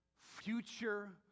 future